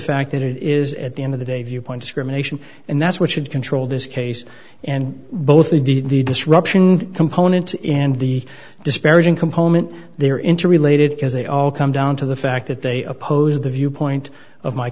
fact that it is at the end of the day viewpoint discrimination and that's what should control this case and both they did the disruption component and the disparaging component they're interrelated because they all come down to the fact that they oppose the viewpoint of my